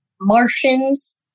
Martians